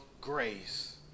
grace